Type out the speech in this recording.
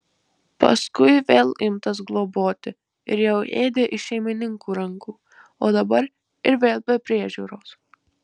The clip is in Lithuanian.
paskui vėl imtas globoti ir jau ėdė iš šeimininkų rankų o dabar ir vėl be priežiūros